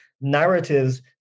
narratives